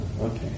Okay